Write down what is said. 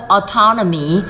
Autonomy